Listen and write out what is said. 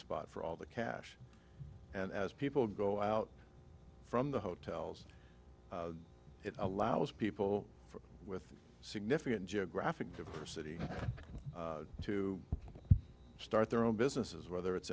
spot for all the cash and as people go out from the hotels it allows people with significant geographic diversity to start their own businesses whether it's